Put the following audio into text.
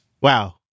Wow